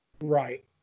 Right